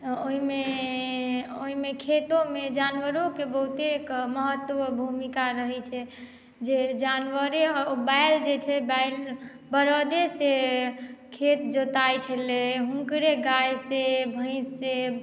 ओहिमे खेतोमे जानवरोके बहुते महत्वपुर्ण भुमिका रहै छै जे जानवरे बैल जे छै बैल बरदे सऽ खेत जोतइ छलै ओकरे गाय से भैस से